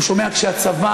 הוא שומע כשהצבא,